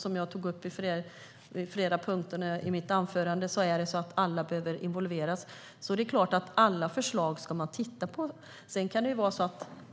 Som jag tog upp i flera punkter i mitt anförande behöver alla involveras. Då är det klart att man ska titta på alla förslag. Sedan kan det vara